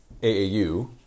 AAU